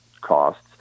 costs